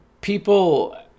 people